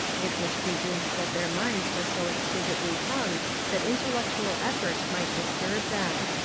it was presumed that their minds were so exquisitely hung that intellectual effort might disturb them.